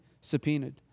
subpoenaed